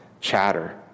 chatter